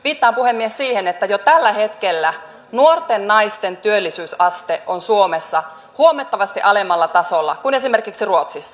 viittaan puhemies siihen että jo tällä hetkellä nuorten naisten työllisyysaste on suomessa huomattavasti alemmalla tasolla kuin esimerkiksi ruotsissa